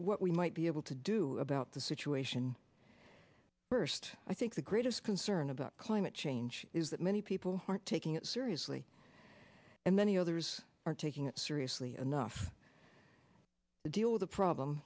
what we might be able to do about the situation first i think the greatest concern about climate change is that many people aren't taking it seriously and many others aren't taking it seriously enough to deal with the problem